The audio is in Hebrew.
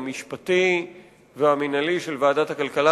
המשפטי והמינהלי של ועדת הכלכלה,